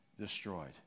destroyed